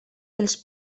dels